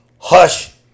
Hush